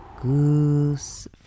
goose